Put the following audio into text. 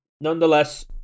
Nonetheless